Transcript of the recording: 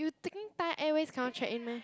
you taking Thai Airways cannot check in meh